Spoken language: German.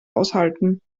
aushalten